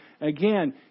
again